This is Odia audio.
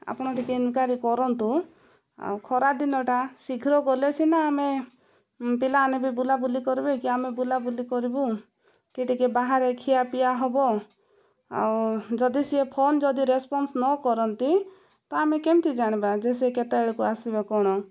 ଆପଣ ଟିକେ ଇନକ୍ଵାରୀ କରନ୍ତୁ ଆଉ ଖରାଦିନଟା ଶୀଘ୍ର ଗଲେ ସିନା ଆମେ ପିଲାମାନେ ବି ବୁଲାବୁଲି କରିବେ କି ଆମେ ବୁଲାବୁଲି କରିବୁ କି ଟିକେ ବାହାରେ ଖିଆପିଆ ହବ ଆଉ ଯଦି ସିଏ ଫୋନ୍ ଯଦି ରେସପନ୍ସ ନ କରନ୍ତି ତ ଆମେ କେମିତି ଜାଣିବା ଯେ ସେ କେତେବେଳକୁ ଆସିବେ କ'ଣ